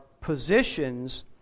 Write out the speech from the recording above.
positions